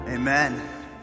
Amen